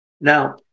Now